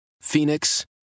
Phoenix